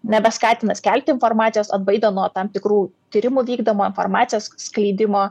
nebeskatina skelbti informacijos atbaido nuo tam tikrų tyrimų vykdomo informacijos skleidimo